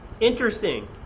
Interesting